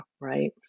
right